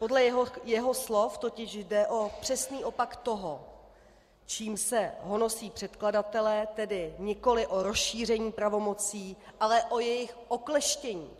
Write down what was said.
Podle jeho slov totiž jde o přesný opak toho, čím se honosí předkladatelé, tedy nikoliv o rozšíření pravomocí, ale o jejich okleštění.